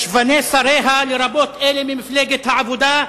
ישבני שריה, לרבות אלה ממפלגת העבודה,